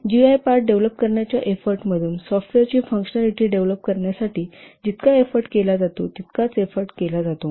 GUI part develop करण्याच्या एफोर्टमधून सॉफ्टवेअरची फंक्शनालिटी डेव्हलप करण्यासाठी जितका एफोर्ट केला जातो तितकाच एफोर्ट केला जातो